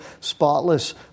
spotless